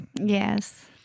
yes